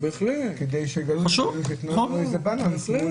כדי שייתנו לנו איזון.